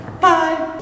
Bye